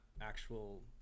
actual